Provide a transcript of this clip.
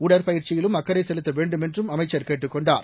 உடற்பயிற்சியிலும் அக்கறை செலுத்த வேண்டும் என்றும் அமைச்சர் கேட்டுக் கொண்டார்